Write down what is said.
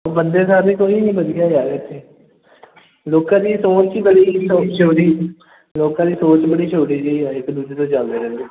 ਬੰਦੇ ਦਾ ਨੀ ਕੋਈ ਨੀ ਵਧੀਆ ਯਾਰ ਇਥੇ ਲੋਕਾਂ ਦੀ ਸੋਚ ਹੀ ਬੜੀ ਲੋਕਾਂ ਦੀ ਸੋਚ ਬੜੀ ਛੋਟੀ ਜਿਹੀ ਹੈ